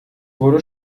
wurde